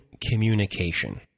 communication